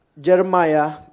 Jeremiah